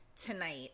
tonight